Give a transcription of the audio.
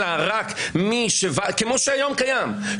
אלא רק כמו שהיום קיים,